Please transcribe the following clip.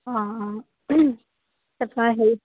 অঁ অঁ তাপা হেৰি